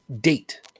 date